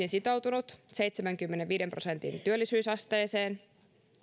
sitoutunut seitsemänkymmenenviiden prosentin työllisyysasteeseen